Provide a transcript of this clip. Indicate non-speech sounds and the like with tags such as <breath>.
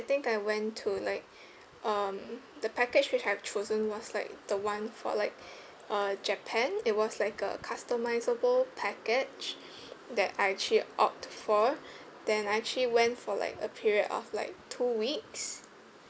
I think I went to like <breath> um the package which I've chosen was like the one for like <breath> uh japan it was like a customisable package <breath> that I actually opted for <breath> then I actually went for like a period of like two weeks